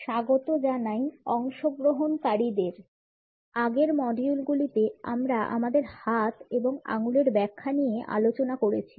স্বাগত জানাই প্রিয় অংশগ্রহণকারীদের আগের মডিউলগুলিতে আমরা আমাদের হাত এবং আঙ্গুলের ব্যাখ্যা নিয়ে আলোচনা করেছি